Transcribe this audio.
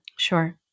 Sure